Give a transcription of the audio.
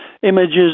images